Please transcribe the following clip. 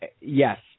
Yes